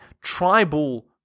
tribal